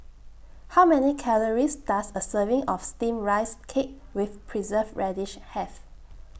How Many Calories Does A Serving of Steamed Rice Cake with Preserved Radish Have